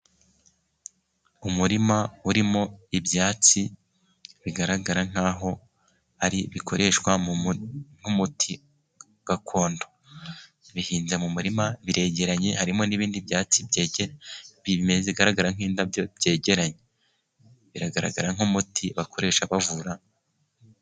Umurima urimo ibyatsi bigaragara nk'aho ari ibikoreshwa nk'umuti gakondo. Bihinze mu murima, biregeranye, harimo n'ibindi byatsi bigaragara nk'indabyo byegeranye, biragaragara nk'umuti bakoresha bavura.